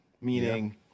Meaning